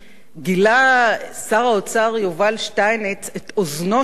גילה שר האוצר יובל שטייניץ את אוזנו של ראש